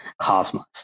Cosmos